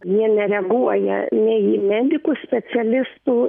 ji nereaguoja į medikų specialistų